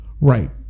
Right